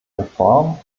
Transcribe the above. reform